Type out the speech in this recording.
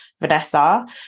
Vanessa